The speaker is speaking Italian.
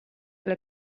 alla